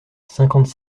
cinquante